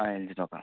ആ L G നോക്കാം